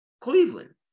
cleveland